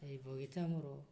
ଏଇ ବଗିଚା ମୋର